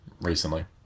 recently